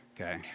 okay